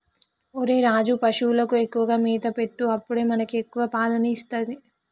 ఒరేయ్ రాజు, పశువులకు ఎక్కువగా మేత పెట్టు అప్పుడే మనకి ఎక్కువ పాలని ఇస్తది